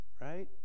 right